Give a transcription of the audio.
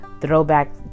throwback